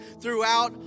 throughout